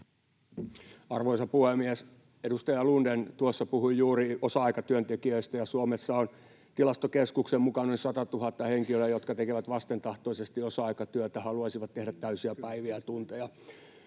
Arvoisa puhemies! Edustaja Lundén tuossa puhui juuri osa-aikatyöntekijöistä, ja Suomessa on Tilastokeskuksen mukaan yli satatuhatta henkilöä, jotka tekevät vastentahtoisesti osa-aikatyötä ja haluaisivat tehdä täysiä päiviä ja tunteja.